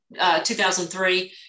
2003